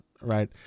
right